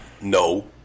No